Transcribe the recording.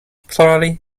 plori